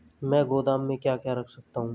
मैं गोदाम में क्या क्या रख सकता हूँ?